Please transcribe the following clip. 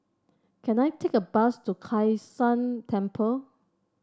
can I take a bus to Kai San Temple